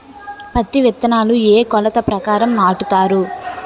పత్తి విత్తనాలు ఏ ఏ కొలతల ప్రకారం నాటుతారు?